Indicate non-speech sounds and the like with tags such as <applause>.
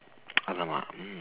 <noise> !alamak! mm